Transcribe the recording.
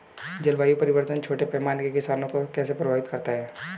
जलवायु परिवर्तन छोटे पैमाने के किसानों को कैसे प्रभावित करता है?